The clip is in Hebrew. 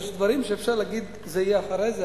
יש דברים שאפשר להגיד: זה יהיה אחרי זה,